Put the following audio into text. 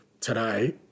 today